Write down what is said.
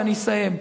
ואני אסיים.